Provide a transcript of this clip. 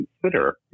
consider